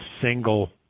single